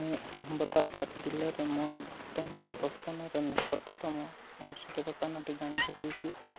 ମୁଁ ଅହମ୍ମଦାବାଦ ଜିଲ୍ଲାରେ ମୋର ବର୍ତ୍ତମାନ ଅବସ୍ଥାନର ନିକଟତମ ଔଷଧ ଦୋକାନଟି ଜାଣିପାରିବି କି